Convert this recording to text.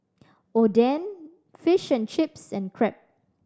Oden Fish and Chips and Crepe